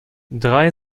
drei